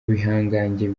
bihangange